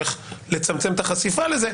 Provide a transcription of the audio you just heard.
איך לצמצם את החשיפה לזה.